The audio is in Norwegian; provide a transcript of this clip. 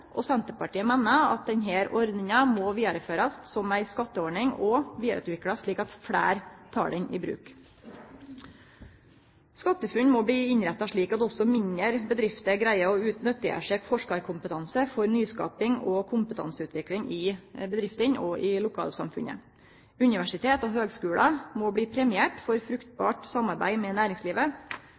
og Senterpartiet meiner at denne ordninga må vidareførast som ei skatteordning og vidareutviklast slik at fleire tek ho i bruk. SkatteFUNN må bli innretta slik at også mindre bedrifter greier å nyttiggjere seg forskarkompetanse for nyskaping og kompetanseutvikling i bedrifta og i lokalsamfunnet. Universitet og høgskular må bli premierte for fruktbart samarbeid med næringslivet,